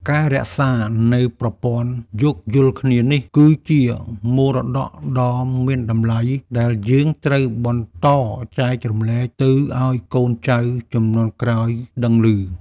ការរក្សានូវប្រព័ន្ធយោគយល់គ្នានេះ គឺជាមរតកដ៏មានតម្លៃដែលយើងត្រូវបន្តចែករំលែកទៅឱ្យកូនចៅជំនាន់ក្រោយដឹងឮ។